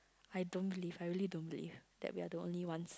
I don't believe I really don't believe that we are the only ones